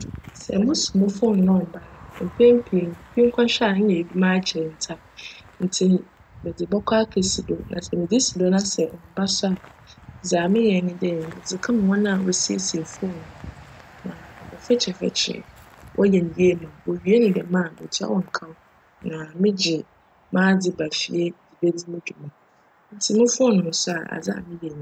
Sj mosc mo "phone" na cmmba a, mpjn pii no monkchwj a nna edum akyjr ntsi. Ntsi medze bckc ekesi do. Medze si do na sj cmmba so a, dza meyj nye dj medze kjma hcn a wosiesie "phone" ma wcfekyer fekyer wcyj no yie ma me. Wowie no djm a mutua hcn kaw na megye m'adze ba fie bedzi mo dwuma. Ntsi mo "phone" nnsc a, adze a meyj nyi.